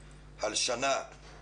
הלשנה,